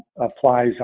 applies